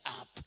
up